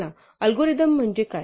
चला अल्गोरिदम म्हणजे काय